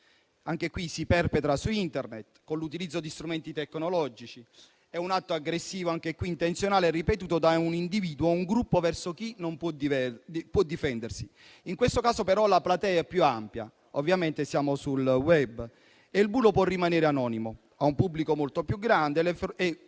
Anche qui si perpetra su Internet, con l'utilizzo di strumenti tecnologici; è un atto aggressivo anche qui intenzionale e ripetuto da un individuo o da un gruppo verso chi non può difendersi. In questo caso però la platea è più ampia - ovviamente siamo sul *web* - e il bullo può rimanere anonimo. Ha un pubblico molto più grande e